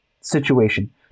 situation